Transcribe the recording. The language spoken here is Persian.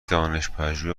دانشپژوه